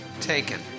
taken